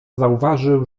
zauważył